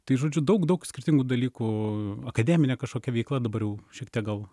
tai žodžiu daug daug skirtingų dalykų akademinė kažkokia veikla dabar jau šiek tiek gal